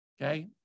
Okay